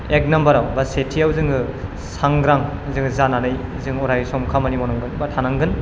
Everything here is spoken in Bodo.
एक नम्बरआव बा सेथियाव जोङो सांग्रां जोङो जानानै जों अरायसम खामानि मावनांगोन बा थानांगोन